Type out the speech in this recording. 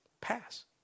pass